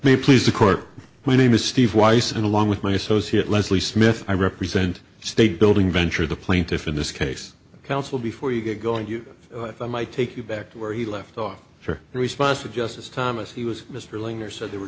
me please the court my name is steve weiss and along with my associate leslie smith i represent state building venture the plaintiff in this case counsel before you get going you might take you back to where he left off her response to justice thomas he was mr linger said there were